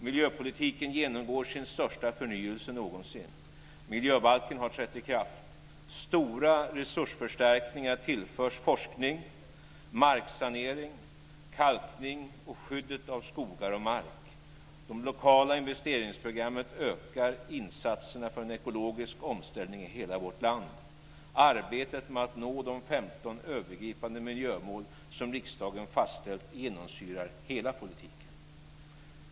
Miljöpolitiken genomgår sin största förnyelse någonsin. Miljöbalken har trätt i kraft. Stora resursförstärkningar tillförs forskning, marksanering, kalkning och skyddet av skogar och mark. De lokala investeringsprogrammen ökar insatserna för en ekologisk omställning i hela vårt land. Arbetet med att nå de femton övergripande miljömål som riksdagen fastställt genomsyrar hela politiken.